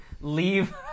leave